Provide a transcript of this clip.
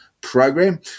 program